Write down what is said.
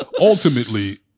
ultimately